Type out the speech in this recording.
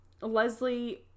Leslie